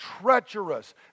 treacherous